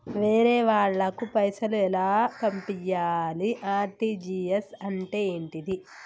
వేరే వాళ్ళకు పైసలు ఎలా పంపియ్యాలి? ఆర్.టి.జి.ఎస్ అంటే ఏంటిది?